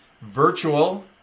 virtual